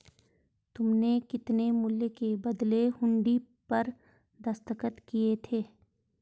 तुमने कितने मूल्य के बदले हुंडी पर दस्तखत किए थे?